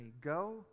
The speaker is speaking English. Go